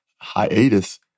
Hiatus